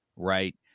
right